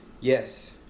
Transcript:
Yes